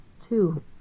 Two